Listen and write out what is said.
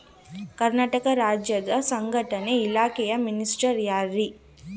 ಕರ್ನಾಟಕ ರಾಜ್ಯದ ಸಂಘಟನೆ ಇಲಾಖೆಯ ಮಿನಿಸ್ಟರ್ ಯಾರ್ರಿ?